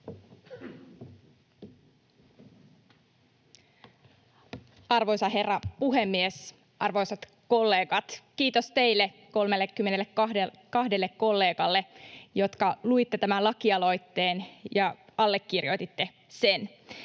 Arvoisa herra puhemies! Arvoisat kollegat! Kiitos teille 32 kollegalle, jotka luitte tämän lakialoitteen ja allekirjoititte sen.